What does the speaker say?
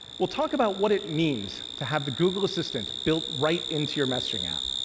we'll talk about what it means to have the google assistant built right into your messaging app.